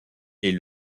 est